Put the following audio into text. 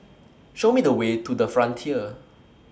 Show Me The Way to The Frontier